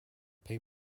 pay